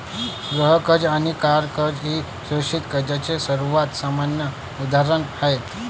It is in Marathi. गृह कर्ज आणि कार कर्ज ही सुरक्षित कर्जाची सर्वात सामान्य उदाहरणे आहेत